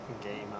game